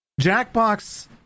Jackbox